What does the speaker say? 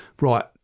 right